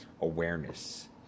awareness